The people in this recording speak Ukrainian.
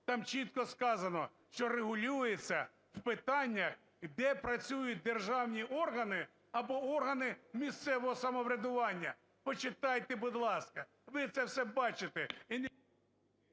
там чітко сказано, що регулюється в питаннях, де працюють державні органи або органи місцевого самоврядування. Почитайте, будь ласка, ви це все бачите…